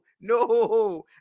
no